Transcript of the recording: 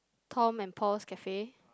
Tom and Paul's Cafe